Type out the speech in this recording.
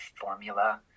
formula